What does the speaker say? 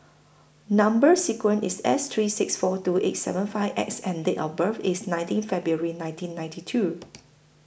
Number sequence IS S three six four two eight seven five X and Date of birth IS nineteen February nineteen ninety two